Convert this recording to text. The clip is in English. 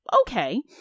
okay